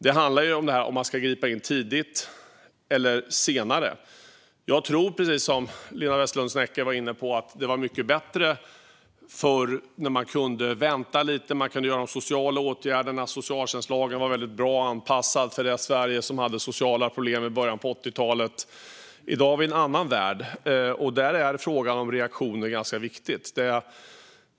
Det handlar om huruvida man ska gripa in tidigt eller senare. Jag tror, precis som Linda Westerlund Snecker var inne på, att det var mycket bättre förr när man kunde vänta lite och göra de sociala åtgärderna. Socialtjänstlagen var väldigt bra anpassad för det Sverige som hade sociala problem i början på 80-talet. I dag har vi en annan värld. Där är frågan om reaktioner ganska viktig.